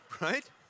right